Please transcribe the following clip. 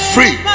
Free